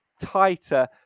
tighter